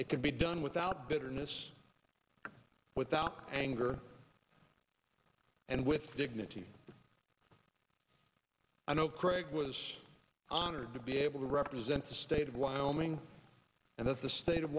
could be done without bitterness without anger and with dignity i know craig was honored to be able to represent the state of wyoming and that's the state of